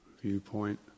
viewpoint